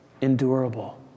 endurable